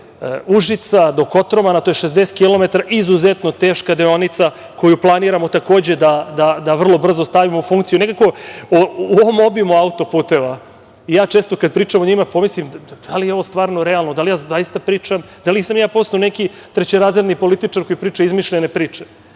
Užica do Kotromana. To je 60 kilometara, izuzetno teška deonica koju planiramo, takođe, da vrlo brzo stavimo u funkciju.U ovom obimu auto-puteva ja često kada pričam o njima pomislim da li je ovo stvarno, realno, da nisam postao neki trećerazredni političar koji priča izmišljene priče,